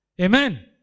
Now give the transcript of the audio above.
Amen